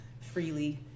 freely